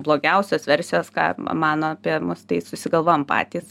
blogiausios versijos ką mano apie mus tai susigalvojam patys